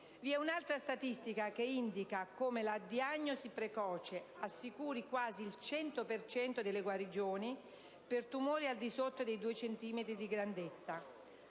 vi è un'altra statistica che indica come la diagnosi precoce assicuri quasi il 100 per cento delle guarigioni per tumori al di sotto dei 2 centimetri di grandezza: